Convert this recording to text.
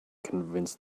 convince